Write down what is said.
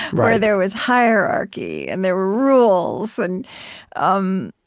where there was hierarchy and there were rules. and um